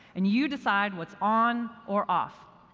and you decide what's on or off.